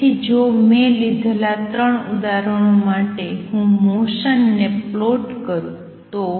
તેથી જો મેં લીધેલા ત્રણ ઉદાહરણો માટે હું મોસન ને પ્લોટ કરું તો